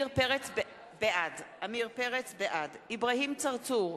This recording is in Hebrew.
בעד אברהים צרצור,